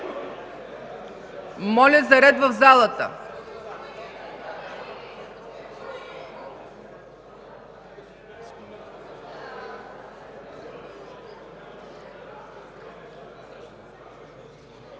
Моля за ред в залата!